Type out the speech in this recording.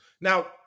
Now